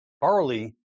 Barley